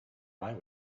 eye